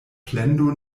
plendo